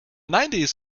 nineties